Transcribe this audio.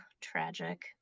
tragic